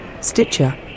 stitcher